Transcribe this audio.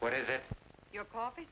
what is it your coffee